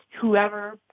whoever